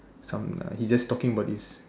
some uh he just talking about this